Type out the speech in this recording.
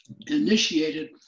initiated